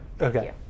okay